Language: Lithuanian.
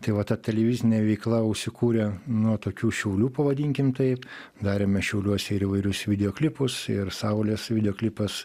tai va ta televizinė veikla užsikūrė nuo tokių šiaulių pavadinkim tai darėme šiauliuose ir įvairius video klipus ir saulės video klipas